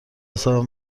حساب